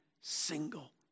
single